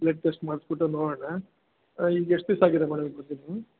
blood test ಮಾಡಿಸ್ಬಿಟ್ಟು ನೋಡೋಣ ಈಗ ಎಷ್ಟು ದಿವ್ಸ ಆಗಿದೆ ಮೇಡಮ್ ಬಂದು ನೀವು